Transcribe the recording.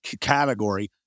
category